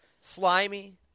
slimy